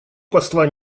посла